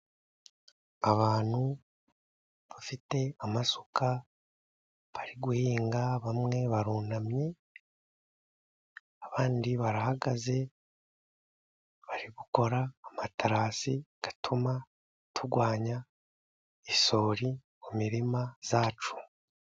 Abantu bafite amasuka bari guhinga, bamwe barunamye, abandi barahagaze, bari gukora amaterasi, atuma turwanya isuri mu mirima yacu.